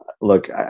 look